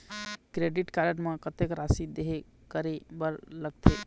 Credit card म कतक राशि देहे करे बर लगथे?